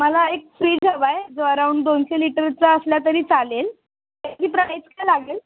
मला एक फ्रिज हवा आहे जो अराउंड दोनशे लिटरचा असला तरी चालेल त्याची प्राईज काय लागेल